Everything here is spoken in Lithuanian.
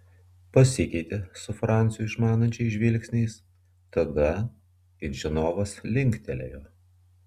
pasikeitė su franciu išmanančiais žvilgsniais tada it žinovas linktelėjo